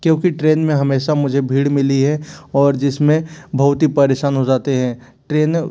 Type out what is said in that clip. क्योंकि ट्रेन में हमेशा मुझे भीड़ मिली है और जिसमें बहुत ही परेशान हो जाते हैं ट्रेनें